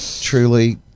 truly